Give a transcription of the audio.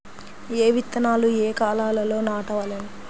ఏ విత్తనాలు ఏ కాలాలలో నాటవలెను?